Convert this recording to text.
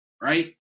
right